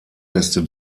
beste